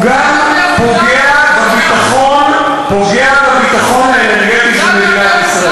הוא גם פוגע בביטחון האנרגטי של מדינת ישראל.